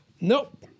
Nope